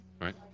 Right